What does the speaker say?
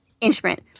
instrument